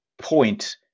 point